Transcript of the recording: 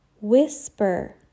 Whisper